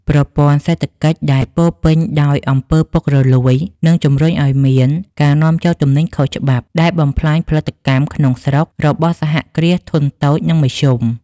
ប្រព័ន្ធសេដ្ឋកិច្ចដែលពោរពេញដោយ អំពើពុករលួយ នឹងជំរុញឱ្យមានការនាំចូលទំនិញខុសច្បាប់ ដែលបំផ្លាញផលិតកម្មក្នុងស្រុករបស់សហគ្រាសធុនតូច និងមធ្យម។